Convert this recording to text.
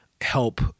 help